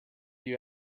you